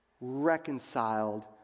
reconciled